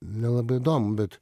nelabai įdomu bet